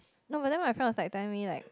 no but then my friend was like telling me like